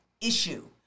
issue